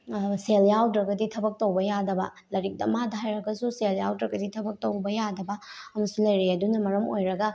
ꯁꯦꯜ ꯌꯥꯎꯗ꯭ꯔꯒꯗꯤ ꯊꯕꯛ ꯇꯧꯕ ꯌꯥꯗꯕ ꯂꯥꯏꯔꯤꯛ ꯗꯃꯥꯗ ꯍꯩꯔꯒꯁꯨ ꯁꯦꯜ ꯌꯥꯎꯗ꯭ꯔꯒꯗꯤ ꯊꯕꯛ ꯇꯧꯕ ꯌꯥꯗꯕ ꯑꯗꯨꯁꯨ ꯂꯩꯔꯦ ꯑꯗꯨꯅ ꯃꯔꯝ ꯑꯣꯏꯔꯒ